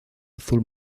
azul